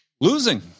Losing